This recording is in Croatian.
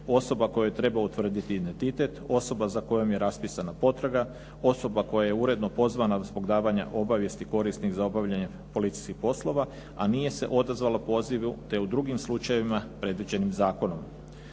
osoba kojoj treba utvrditi identitet, osoba za kojom je raspisana potraga, osoba koja je uredno pozvana zbog davanja obavijesti korisnih za obavljanje policijskih poslova a nije se odazvala pozivu te u drugim slučajevima predviđenim zakonom.